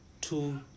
two